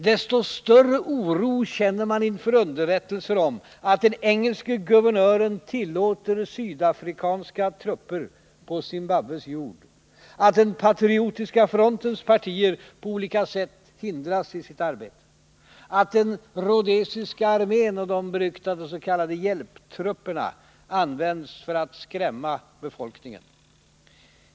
Desto större oro känner man inför underrättelser om att den engelska guvernören tillåter sydafrikanska trupper på Zimbabwes jord, att Patriotiska frontens partier på olika sätt hindras i sitt arbete, att den rhodesiska armén och de beryktade s.k. hjälptrupperna används för att skrämma befolkningen.